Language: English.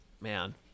man